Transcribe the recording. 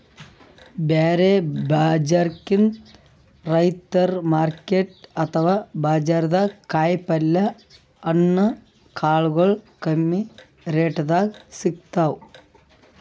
ಬ್ಯಾರೆ ಬಜಾರ್ಕಿಂತ್ ರೈತರ್ ಮಾರುಕಟ್ಟೆ ಅಥವಾ ಬಜಾರ್ದಾಗ ಕಾಯಿಪಲ್ಯ ಹಣ್ಣ ಕಾಳಗೊಳು ಕಮ್ಮಿ ರೆಟೆದಾಗ್ ಸಿಗ್ತಾವ್